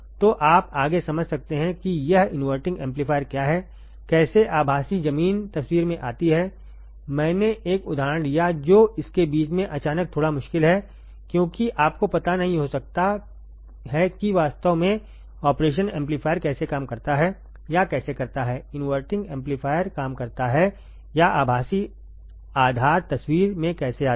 तो आप आगे समझ सकते हैं कि यह इनवर्टिंग एम्पलीफायर क्या है कैसे आभासी जमीन तस्वीर में आती है मैंने एक उदाहरण लिया जो इसकेबीचमें अचानक थोड़ा मुश्किल हैक्योंकि आपको पता नहीं हो सकता है कि वास्तव में ऑपरेशन एम्पलीफायर कैसे काम करता है या कैसे करता है इनवर्टिंग एम्पलीफायर काम करता है या आभासी आधार तस्वीर में कैसे आता है